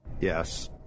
Yes